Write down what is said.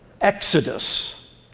exodus